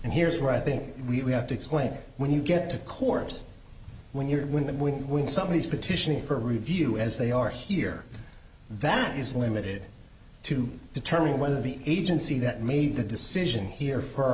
and here's where i think we have to explain when you get to court when you're when we somebodies petitioning for a review as they are here that is limited to determine whether the agency that made the decision here for